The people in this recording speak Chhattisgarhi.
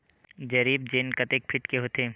जरीब चेन कतेक फीट के होथे?